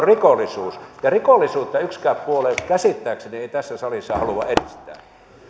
rikollisuus ja rikollisuutta yksikään puolue käsittääkseni ei tässä salissa halua edistää